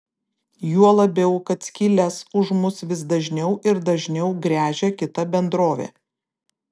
juo labiau kad skyles už mus vis dažniau ir dažniau gręžia kita bendrovė